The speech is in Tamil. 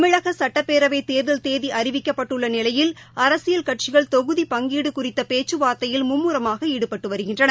தமிழக சட்டப்பேரவைத் தேர்தல் தேதி அறிவிக்கப்பட்டுள்ள நிலையில் அரசியல் கட்சிகள் தொகுதி பங்கீடு குறித்த பேச்சுவார்த்தையில் மும்முரமாக ஈடுபட்டு வருகின்றன